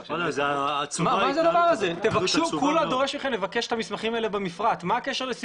כולה זה דורש מכם לבקש את המפרטים האלה במפרט.